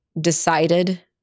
decided